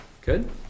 Good